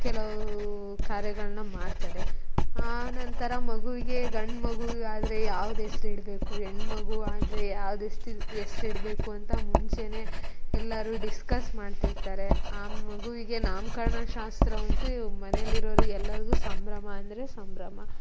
ಕೆಲವು ಕಾರ್ಯಗಳನ್ನ ಮಾಡ್ತಾರೆ ಆ ನಂತರ ಮಗುವಿಗೆ ಗಂಡು ಮಗುವಿಗಾದರೆ ಯಾವ್ದು ಹೆಸ್ರು ಇಡಬೇಕು ಹೆಣ್ಣು ಮಗು ಆದರೆ ಯಾವ್ದು ಹೆಸ್ರು ಇಡಬೇಕು ಅಂತ ಮುಂಚೆನೇ ಎಲ್ಲರೂ ಡಿಸ್ಕಸ್ ಮಾಡ್ತಿರ್ತಾರೆ ಆ ಮಗುವಿಗೆ ನಾಮಕರ್ಣ ಶಾಸ್ತ್ರ ಅಂತೂ ಇವಾಗ ಮನೆಯಲ್ಲಿ ಇರೋರು ಎಲ್ಲರಿಗೂ ಸಂಭ್ರಮ ಅಂದರೆ ಸಂಭ್ರಮ